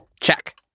Check